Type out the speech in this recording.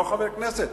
לא חבר כנסת,